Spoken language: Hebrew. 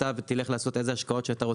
ולך לעשות איזה השקעות שאתה רוצה.